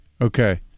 Okay